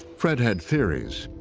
fred had theories.